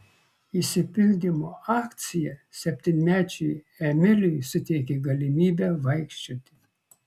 išsipildymo akcija septynmečiui emiliui suteikė galimybę vaikščioti